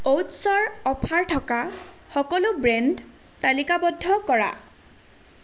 অ'টছৰ offer থকা সকলো brand তালিকাবদ্ধ কৰা